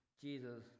jesus